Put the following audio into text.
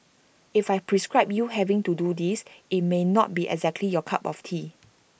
if I prescribe you having to do this IT may not be exactly your cup of tea